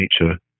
Nature